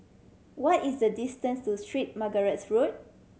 what is the distance to Street Margaret's Road